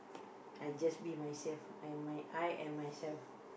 I just be myself my I am myself